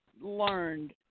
learned